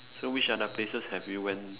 so which other places have you went